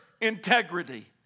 integrity